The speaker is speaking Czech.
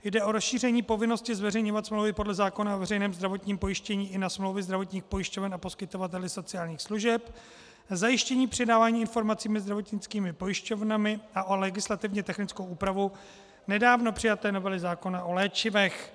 Jde o rozšíření povinnosti zveřejňovat smlouvy podle zákona o veřejném zdravotním pojištění i na smlouvy zdravotních pojišťoven a poskytovatele sociálních služeb, zajištění předávání informací mezi zdravotnickými pojišťovnami a o legislativně technickou úpravu nedávno přijaté novely zákona o léčivech.